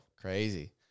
crazy